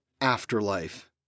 Afterlife